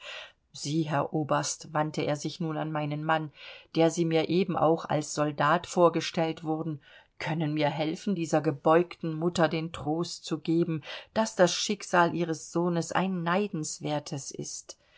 sie herr oberst wandte er sich nun an meinen mann der sie mir eben auch als soldat vorgestellt wurden können mir helfen dieser gebeugten mutter den trost zu geben daß das schicksal ihres sohnes ein neidenswertes ist